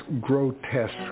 grotesque